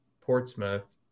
Portsmouth